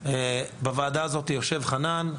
בוועדה יושב חנן,